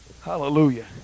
hallelujah